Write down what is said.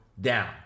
down